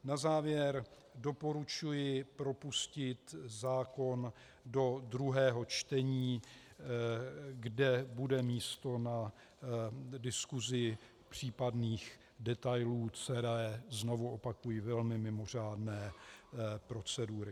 Na závěr doporučuji propustit zákon do druhého čtení, kde bude místo na diskusi případných detailů celé, znovu opakuji, velmi mimořádné procedury.